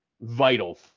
vital